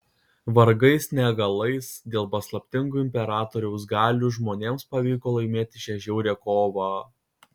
vargais negalais dėl paslaptingų imperatoriaus galių žmonėms pavyko laimėti šią žiaurią kovą